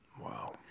wow